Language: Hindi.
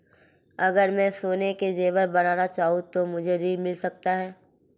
अगर मैं सोने के ज़ेवर बनाना चाहूं तो मुझे ऋण मिल सकता है?